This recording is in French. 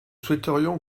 souhaiterions